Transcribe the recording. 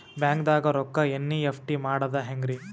ಬ್ಯಾಂಕ್ದಾಗ ರೊಕ್ಕ ಎನ್.ಇ.ಎಫ್.ಟಿ ಮಾಡದ ಹೆಂಗ್ರಿ?